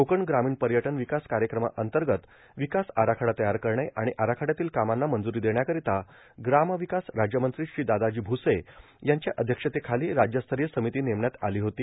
कोकण ग्रामीण पयटन र्विकास कायक्रमांतगत विकास आराखडा तयार करणे आर्मण आराखड्यातील कामाना मंजूरा देण्यार्कारता ग्रार्मावकास राज्यमंत्री श्री दादाजी भूसे यांच्या अध्यक्षतेखाला राज्यस्तराय र्सामती नेमण्यात आला होती